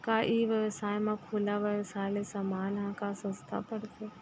का ई व्यवसाय म खुला व्यवसाय ले समान ह का सस्ता पढ़थे?